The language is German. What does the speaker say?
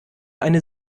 eine